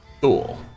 Cool